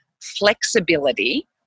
flexibility